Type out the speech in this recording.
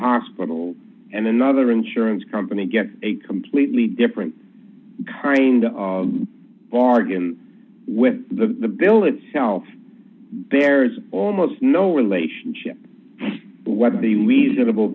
hospital and another insurance company gets a completely different kind of bargain with the bill itself there's almost no relationship to whether the reasonable